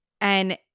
And-